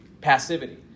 passivity